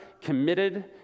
committed